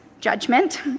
judgment